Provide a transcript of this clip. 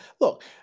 Look